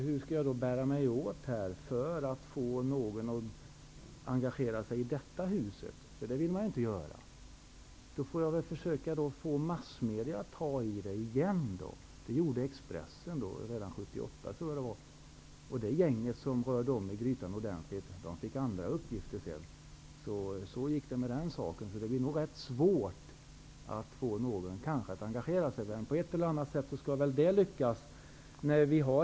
Hur skall jag då bära mig åt för att få någon i detta hus att engagera sig? Det vill man inte göra. Då får jag försöka få massmedia att ta upp ärendet igen. Det gjorde Expressen redan 1978, och det gäng som hade rört om ordentligt i grytorna fick andra uppgifter -- så var det med den saken. Det blir nog svårt att få någon att engagera sig, men på ett eller annat sätt skall det lyckas.